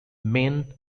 maine